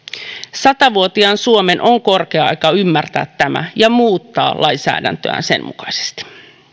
sata vuotiaan suomen on korkea aika ymmärtää tämä ja muuttaa lainsäädäntöään sen mukaisesti